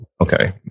Okay